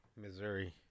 Missouri